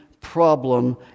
problem